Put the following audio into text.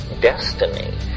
destiny